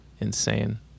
insane